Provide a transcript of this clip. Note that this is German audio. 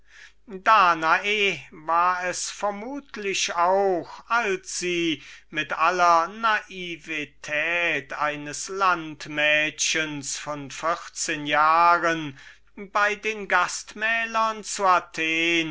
danae war es vermutlich auch da sie unter der aufsicht ihres edeln bruders mit aller naivität eines landmädchens vor vierzehen jahren bei den gastmählern zu